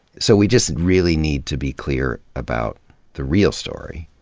so we just really need to be clear about the real story.